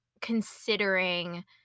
considering